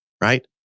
right